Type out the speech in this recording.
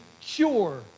cure